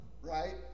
right